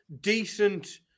decent